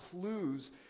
clues